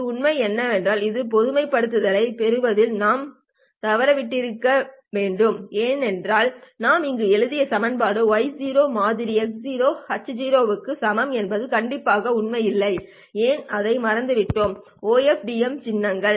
இது உண்மை என்றாலும் இந்த பொதுமைப்படுத்தலைப் பெறுவதில் நாம் தவறவிட்டிருக்க வேண்டியது என்னவென்றால் நாம் இங்கு எழுதிய சமன்பாடு y மாதிரி x h க்கு சமம் என்பது கண்டிப்பாக உண்மையாக இல்லை ஏன் அதை மறந்துவிட்டோம் OFDM சின்னங்கள்